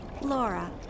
laura